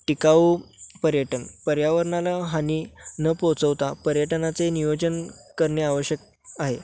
टिकाऊ पर्यटन पर्यावरणाला हानी न पोचवता पर्यटनाचे नियोजन करणे आवश्यकता आहे